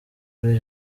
kuri